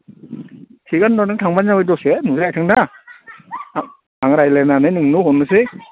थिखआनो दं नों थांब्लानो जाबाय दसे नोंनो लायथांना आं रायज्लायनानै नोंनो हरनोसै